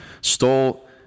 stole